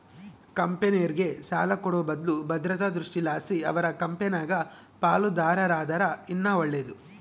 ಕಂಪೆನೇರ್ಗೆ ಸಾಲ ಕೊಡೋ ಬದ್ಲು ಭದ್ರತಾ ದೃಷ್ಟಿಲಾಸಿ ಅವರ ಕಂಪೆನಾಗ ಪಾಲುದಾರರಾದರ ಇನ್ನ ಒಳ್ಳೇದು